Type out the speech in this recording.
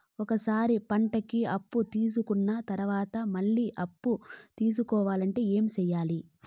ఒక సారి పంటకి అప్పు తీసుకున్న తర్వాత మళ్ళీ అప్పు తీసుకోవాలంటే ఏమి చేయాలి?